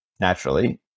naturally